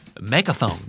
Megaphone